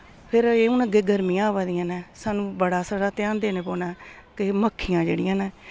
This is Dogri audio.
फिर एह् हून अग्गे गर्मियां आवा दियां न सानू बड़ा सारा ध्यान देने पौना के मक्खियां जेह्ड़ियां न